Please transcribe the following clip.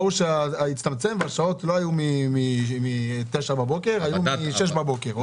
הגודש הצטמצם והשעות לא היו מ-9 בבוקר אלא מ-6 בבוקר.